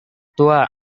tua